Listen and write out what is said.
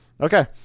Okay